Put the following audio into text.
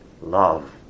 love